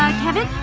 kevin.